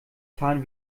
fahren